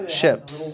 ships